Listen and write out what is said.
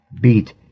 beat